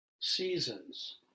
seasons